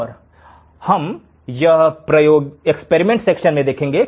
और यह हम प्रायोगिक अनुभाग में देखेंगे